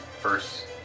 First